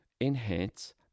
enhance